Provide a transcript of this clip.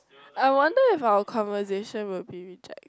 I wonder if our conversation will be reject